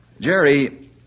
Jerry